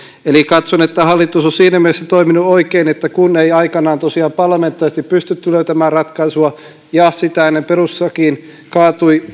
eli katson että hallitus on siinä mielessä toiminut oikein että kun ei tosiaan aikoinaan parlamentaarisesti pystytty löytämään ratkaisua ja myös sitä ennen perustuslakiin kaatui